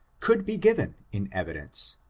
could be given in evidence,